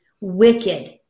wicked